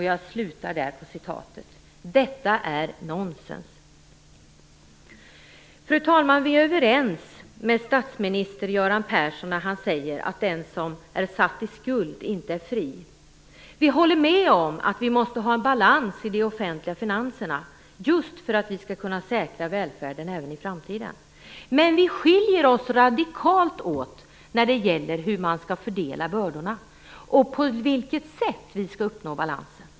Jag tycker också att detta är nonsens. Fru talman! Vi är överens med statsminister Göran Persson om att den som är satt i skuld inte är fri. Vi håller med om att vi måste ha balans i de offentliga finanserna just för kunna säkra välfärden även i framtiden. Men vi skiljer oss radikalt åt när det gäller hur man skall fördela bördorna och på vilket sätt balansen skall uppnås.